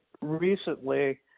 recently